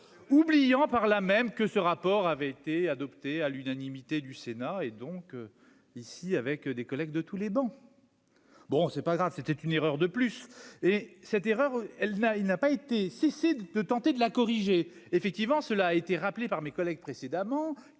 oubliant par là même que ce rapport avait été adopté à l'unanimité du Sénat et donc ici avec des collègues de tous les bancs, bon c'est pas grave, c'était une erreur de plus et cette erreur, elle n'a, il n'a pas été de tenter de la corriger, effectivement, cela a été rappelé par mes collègues précédemment